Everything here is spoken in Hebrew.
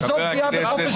וזאת פגיעה בחופש ביטוי.